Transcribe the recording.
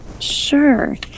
Sure